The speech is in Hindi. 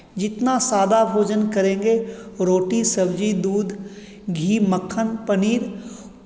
जितना सादा भोजन करेंगे रोटी सब्ज़ी दूध घी मक्खन पनीर